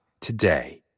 today